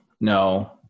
no